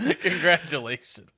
Congratulations